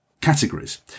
categories